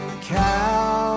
cow